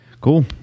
cool